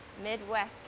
Midwest